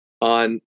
on